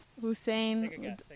Hussein